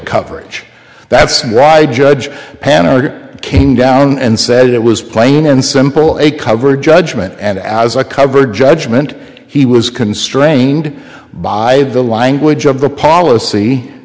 coverage that's right judge panel or came down and said it was plain and simple a cover judgment and as a cover judgment he was constrained by the language of the policy